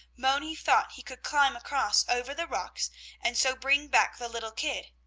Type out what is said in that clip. moni thought he could climb across over the rocks and so bring back the little kid.